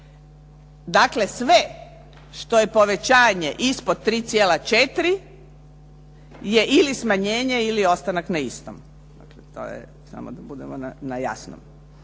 Dakle, sve što je povećanje ispod 3,4 je ili smanjenje ili ostanak na istom. Dakle, to je samo da budemo na jasnom.